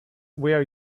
where